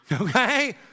okay